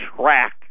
track